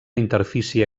interfície